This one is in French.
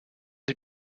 des